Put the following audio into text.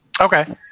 Okay